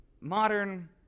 modern